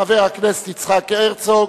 חבר הכנסת יצחק הרצוג,